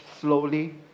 slowly